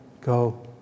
go